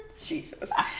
Jesus